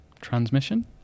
Transmission